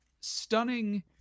stunning